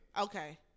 Okay